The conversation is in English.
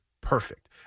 perfect